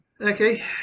Okay